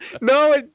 no